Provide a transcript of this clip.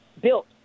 built